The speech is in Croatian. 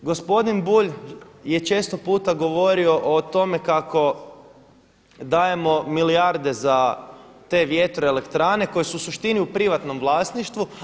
I gospodin Bulj je često puta govorio o tome kako dajemo milijarde za te vjetroelektrane koje su u suštini u privatnom vlasništvu.